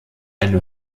eine